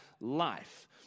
life